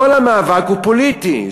כל המאבק הוא פוליטי.